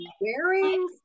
wearing